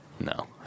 No